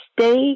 Stay